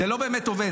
זה לא באמת עובד.